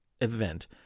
event